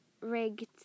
rigged